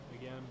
again